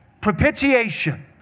propitiation